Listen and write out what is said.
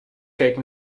cake